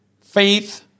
faith